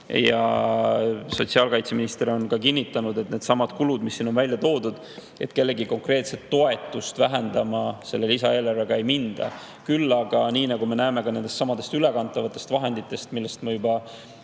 Sotsiaalkaitseminister on kinnitanud, et needsamad kulud, mis siin on välja toodud – kellegi konkreetset toetust vähendama selle lisaeelarvega ei minda. Küll aga, nagu me näeme ka nendestsamadest ülekantavatest vahenditest, millest ma juba